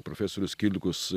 profesorius kilkus